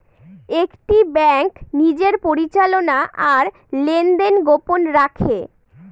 একটি ব্যাঙ্ক নিজের পরিচালনা আর লেনদেন গোপন রাখে